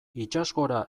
itsasgora